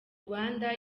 rwanda